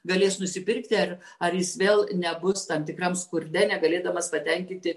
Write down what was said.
galės nusipirkti ar ar jis vėl nebus tam tikram skurde negalėdamas patenkinti